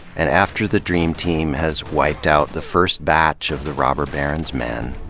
and after the dream team has wiped out the first batch of the robber baron's men,